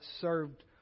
served